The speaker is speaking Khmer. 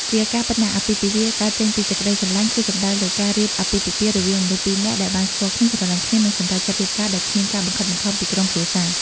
ជាការពិតណាស់ អាពាហ៍ពិពាហ៍កើតចេញពីសេចក្តីស្នេហា គឺសំដៅទៅលើការរៀបអាពាហ៍ពិពាហ៍រវាងមនុស្សពីរនាក់ដែលបានស្គាល់គ្នា ស្រលាញ់គ្នា និងសម្រេចចិត្តរៀបការដោយគ្មានការបង្ខិតបង្ខំពីក្រុមគ្រួសារ។